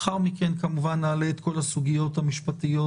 לאחר מכן כמובן נעלה את כל הסוגיות המשפטיות